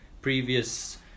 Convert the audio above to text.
previous